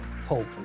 hope